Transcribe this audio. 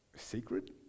secret